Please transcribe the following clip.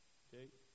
okay